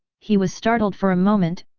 he was startled for a moment,